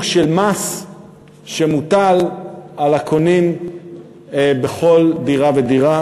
של מס שמוטל על הקונים בכל דירה ודירה,